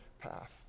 path